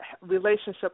relationship